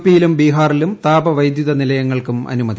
പിയിലും ബിഹാറിലും താപവൈദ്യുത നിലയങ്ങൾക്കും അനുമതി